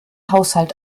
haushalt